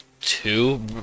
two